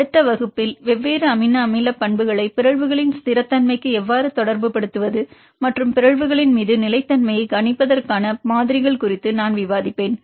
அடுத்த வகுப்பில் வெவ்வேறு அமினோ அமில பண்புகளை பிறழ்வுகளின் ஸ்திரத்தன்மைக்கு எவ்வாறு தொடர்புபடுத்துவது மற்றும் பிறழ்வுகளின் மீது நிலைத்தன்மையைக் கணிப்பதற்கான மாதிரிகள் குறித்து நான் விவாதிப்பேன்